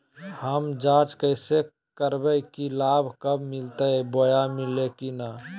हम जांच कैसे करबे की लाभ कब मिलते बोया मिल्ले की न?